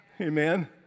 Amen